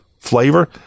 flavor